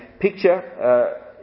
Picture